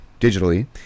digitally